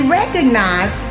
recognize